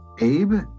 Abe